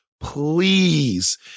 please